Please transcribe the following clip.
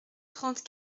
trente